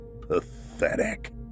Pathetic